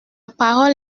parole